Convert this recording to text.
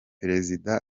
perezida